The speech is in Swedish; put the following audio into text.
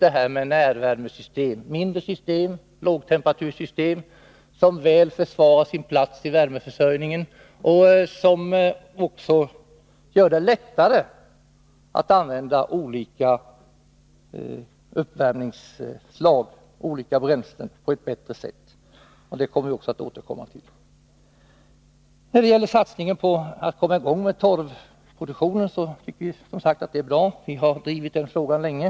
Det gäller mindre system och lågtemperatursystem som väl försvarar sin plats i värmeförsörjningen och som också gör det lättare att använda olika bränslen på ett riktigt sätt. Detta kommer vi också att återkomma till. Vi tycker att satsningen för att komma i gång med torvproduktion är bra. Vi har drivit den frågan länge.